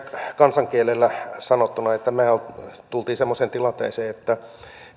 kansankielellä sanottuna me tulimme semmoiseen tilanteeseen että